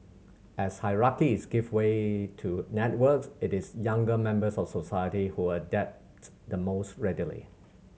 as hierarchies give way to networks it is younger members of society who adapt the most readily